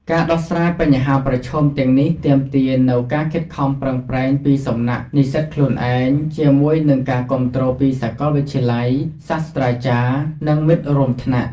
ការដោះស្រាយបញ្ហាប្រឈមទាំងនេះទាមទារនូវការខិតខំប្រឹងប្រែងពីសំណាក់និស្សិតខ្លួនឯង ជាមួយនឹងការគាំទ្រពីសាកលវិទ្យាល័យ សាស្ត្រាចារ្យ និងមិត្តរួមថ្នាក់។